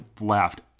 laughed